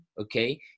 okay